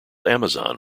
amazon